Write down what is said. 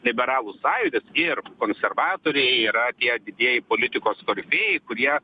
liberalų sąjūdis ir konservatoriai yra tie didieji politikos korifėjai kurie